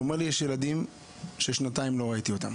הוא אמר לי שיש ילדים ששנתיים הוא לא ראה אותם.